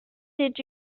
did